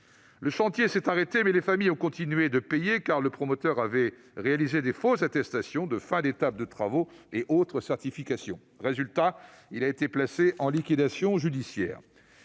Le chantier s'est arrêté, mais les familles ont continué de payer, car le promoteur avait réalisé de fausses attestations de fin d'étapes de travaux et autres certifications. Résultat, il a été placé en liquidation judiciaire.